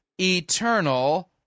Eternal